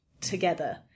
together